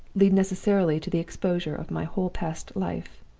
lead necessarily to the exposure of my whole past life.